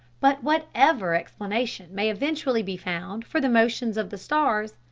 but whatever explanation may eventually be found for the motions of the stars,